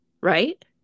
Right